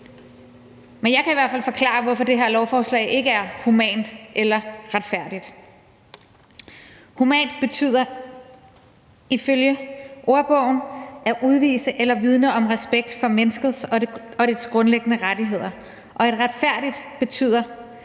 Men jeg kan i hvert fald forklare, hvorfor det her lovforslag ikke er humant eller retfærdigt. Humant betyder ifølge ordbogen at udvise eller vidne om respekt for mennesket og dets grundlæggende rettigheder. Og retfærdigt betyder